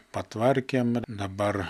patvarkėm ir dabar